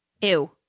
Ew